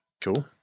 Cool